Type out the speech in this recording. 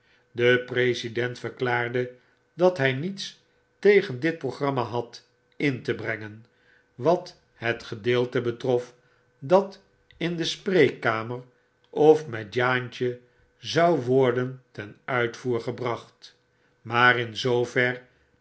de president verklaarde dat hij niets tegen dit programma had in te brengen wat het gedeelte betrof dat in de spreekkamer of met jaantje zou worden ten uitvoer gebracht maar in zoover